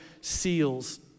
seals